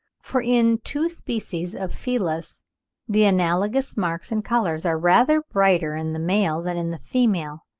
for in two species of felis the analogous marks and colours are rather brighter in the male than in the female.